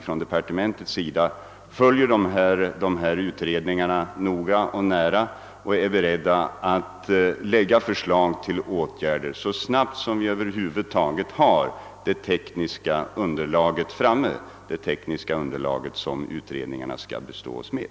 Från departementets sida följer vi dessa utredningar noga och nära samt är beredda att lägga fram förslag till åtgärder så snabbt som det över huvud taget är möjligt sedan vi fått fram det tekniska underlag som utredarna skall bestå oss med.